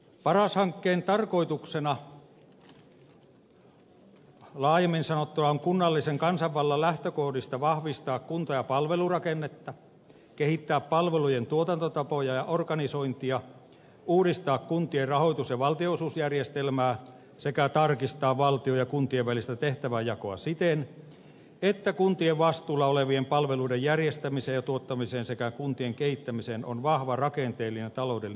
paras hankkeen tarkoituksena laajemmin sanottuna on kunnallisen kansanvallan lähtökohdista vahvistaa kunta ja palvelurakennetta kehittää palvelujen tuotantotapoja ja organisointia uudistaa kuntien rahoitus ja valtionosuusjärjestelmää sekä tarkistaa valtion ja kuntien välistä tehtävänjakoa siten että kuntien vastuulla olevien palveluiden järjestämiseen ja tuottamiseen sekä kuntien kehittämiseen on vahva rakenteellinen taloudellinen perusta